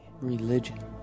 religion